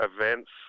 events